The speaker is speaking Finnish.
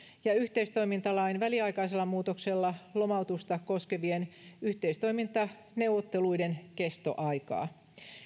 ja yhteistoimintalain väliaikaisella muutoksella lomautusta koskevien yhteistoimintaneuvotteluiden kestoaikaa